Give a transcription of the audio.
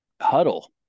huddle